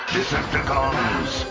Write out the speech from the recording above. Decepticons